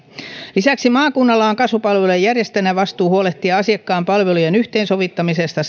lisäksi maakunnalla on kasvupalvelujen järjestäjänä vastuu huolehtia asiakkaan palvelujen yhteensovittamisesta